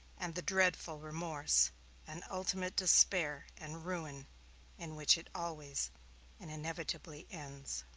and the dreadful remorse and ultimate despair and ruin in which it always and inevitably ends.